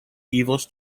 evils